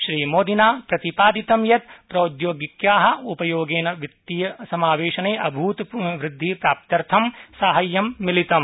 श्रीमोदिना प्रतिपादितं यत् प्राविधिक्या उपयोगेन वित्तीयसमावेशने अभूतपूर्ववृद्धिप्राप्त्यर्थं साहाय्यं मिलितम्